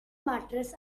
mattress